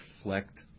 reflect